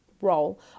role